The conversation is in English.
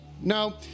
no